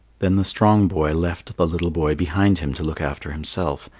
then the strong boy left the little boy behind him to look after himself,